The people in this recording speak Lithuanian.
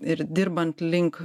ir dirbant link